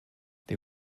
they